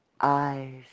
Eyes